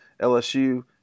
LSU